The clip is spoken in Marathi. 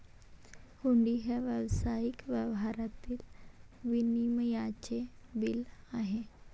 हुंडी हे व्यावसायिक व्यवहारातील विनिमयाचे बिल आहे